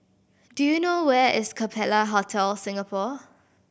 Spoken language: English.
do you know where is Capella Hotel Singapore